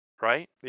Right